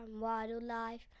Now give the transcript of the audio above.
wildlife